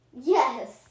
Yes